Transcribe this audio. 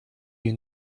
you